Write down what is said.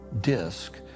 disc